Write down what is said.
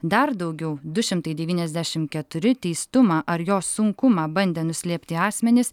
dar daugiau du šimtai devyniasdešimt keturi teistumą ar jo sunkumą bandę nuslėpti asmenys